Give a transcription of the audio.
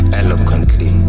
eloquently